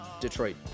Detroit